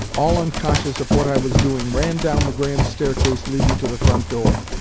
all unconscious of what i was doing, ran down the grand staircase leading to the front door.